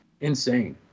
insane